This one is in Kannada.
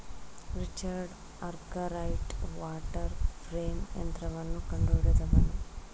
ರಿಚರ್ಡ್ ಅರ್ಕರೈಟ್ ವಾಟರ್ ಫ್ರೇಂ ಯಂತ್ರವನ್ನು ಕಂಡುಹಿಡಿದನು